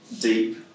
deep